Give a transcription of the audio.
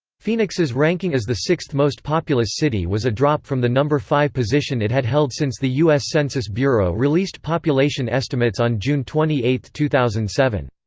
phoenix's ranking as the sixth most populous city was a drop from the number five position it had held since the u. s. census bureau released population estimates on june twenty eight, two and seven.